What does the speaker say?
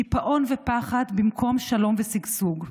קיפאון ופחד, במקום שלום ושגשוג.